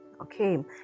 Okay